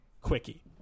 Quickie